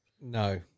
No